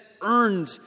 earned